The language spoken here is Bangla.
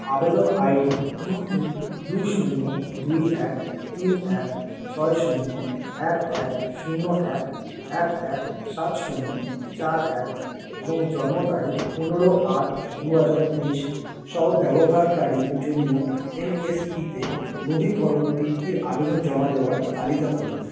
আবেদন আইডি ই ই দুই শূন্য দুই এক তিন এক ছয় শূন্য এক এক শূন্য এক এক এক সাত শূন্য চার এক এবং জন্ম তারিখ পনেরো আট দুহাজার উনিশ সহ ব্যবহারকারীর জন্য এনএসপিতে নবীকরণ বৃত্তির আবেদন জমা দেওয়ার তালিকা করুন